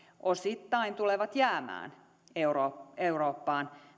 osittain tulevat jäämään eurooppaan